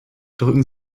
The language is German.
drücken